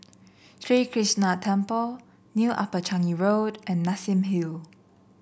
Sri Krishnan Temple New Upper Changi Road and Nassim Hill